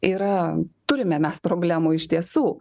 yra turime mes problemų iš tiesų